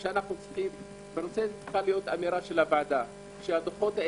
צריכה להיות אמירה של הוועדה בנושא, שהדוחות האלה,